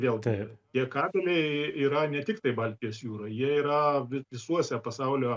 vėlgi tie kabeliai yra ne tiktai baltijos jūroj jie yra visuose pasaulio